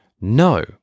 No